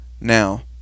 Now